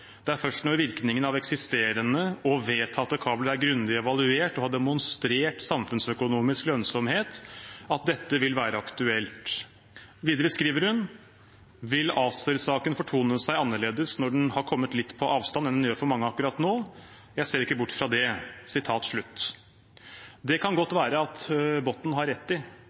Det er først når virkningen av eksisterende og vedtatte kabler er grundig evaluert og har demonstrert samfunnsøkonomisk lønnsomhet, at dette vil være aktuelt.» Videre skrev hun: «Vil Acer-saken fortone seg annerledes når den har kommet litt på avstand, enn den gjør for mange akkurat nå? Jeg ser ikke bort fra det.» Det kan godt være at Botten har rett i